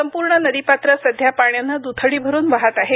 संपूर्ण नदीपात्र सध्या पाण्याने दुथडी भरून वाहत आहे